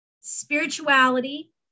spirituality